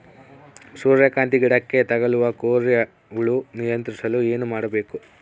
ಸೂರ್ಯಕಾಂತಿ ಗಿಡಕ್ಕೆ ತಗುಲುವ ಕೋರಿ ಹುಳು ನಿಯಂತ್ರಿಸಲು ಏನು ಮಾಡಬೇಕು?